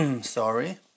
Sorry